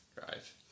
Drive